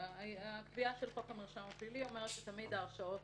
הקביעה של חוק המרשם הפלילי אומרת שתמיד ההרשעות